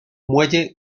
muelle